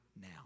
now